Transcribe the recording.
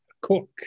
Cook